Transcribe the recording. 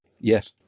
Yes